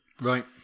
Right